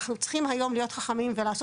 אנחנו צריכים היום להיות חכמים ולעשות